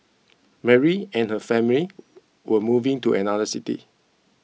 Mary and her family were moving to another city